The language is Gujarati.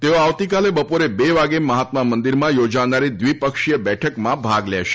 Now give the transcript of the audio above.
તેઓ આવતીકાલે બપોરે બે વાગે મહાત્મા મંદિરમાં યોજાનારી દ્વિપક્ષીય બેઠકમાં ભાગ લેશે